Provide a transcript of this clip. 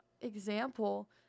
example